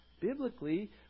biblically